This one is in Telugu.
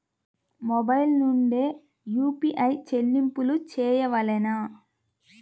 మొబైల్ నుండే యూ.పీ.ఐ చెల్లింపులు చేయవలెనా?